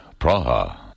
Praha